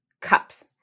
cups